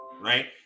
right